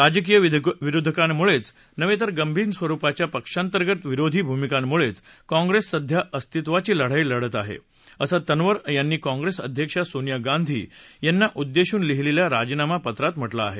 राजकीय विरोधकांमुळे नव्हे तर गंभीर स्वरूपाच्या पक्षान्तर्गत विरोधी भूमिकांमुळेच काँग्रेस सध्या अस्तित्वाची लढाई खेळत आहे असं तन्वर यांनी काँप्रेस अध्यक्षा सोनिया गांधी यांना उद्देशून लिहिलेल्या राजीनामापत्रात म्हटलं आहे